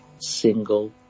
single